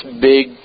big